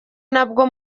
nabwo